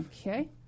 Okay